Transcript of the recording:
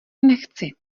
nechci